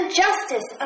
justice